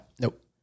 Nope